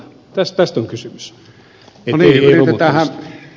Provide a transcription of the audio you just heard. tästä on kysymys ei romuttamisesta